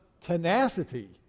tenacity